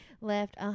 left